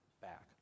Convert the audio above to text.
back